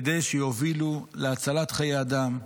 כדי שיובילו להצלת חיי אדם.